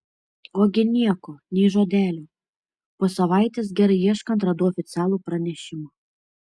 ogi nieko nei žodelio po savaitės gerai ieškant radau oficialų pranešimą